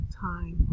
time